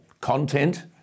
content